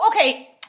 okay